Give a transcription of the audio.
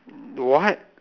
what